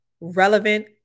relevant